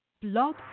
Blog